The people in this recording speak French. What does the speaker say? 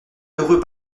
heureux